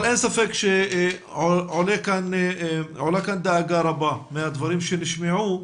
אבל אין ספק שעולה כאן דאגה רבה מהדברים שנשמעו,